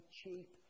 cheap